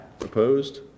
Opposed